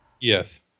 Yes